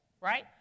Right